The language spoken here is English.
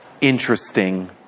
interesting